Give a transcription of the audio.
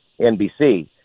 NBC